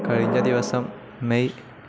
കഴിഞ്ഞ ദിവസം മെയ്